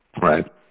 right